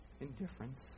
indifference